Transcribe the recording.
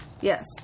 Yes